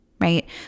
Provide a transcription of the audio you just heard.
right